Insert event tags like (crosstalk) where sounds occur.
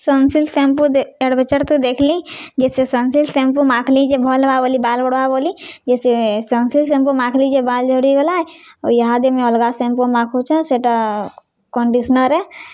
Sunsilk shampoo (unintelligible) ତ ଦେଖ୍ଲି ଯେ ସେ ସନ୍ସିଲ୍କ୍ ସାମ୍ପୁ ମାଖ୍ଲି ଯେ ଭଲ୍ ହେବା ବୋଲି ବାଲ୍ ବଢ଼୍ବା ବୋଲି ଯେ ସେ ସନ୍ସିଲ୍କ୍ ସାମ୍ପୁ ମାଖ୍ଲି ଯେ ବାଲ୍ ଝଡ଼ିଗଲା ଆଉ ଇହାଦେ ମୁଇଁ ଅଲ୍ଗା ସାମ୍ପୁ ମାଖୁଛେଁ ସେଟା କଣ୍ଡିସନର୍ ଆଏ